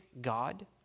God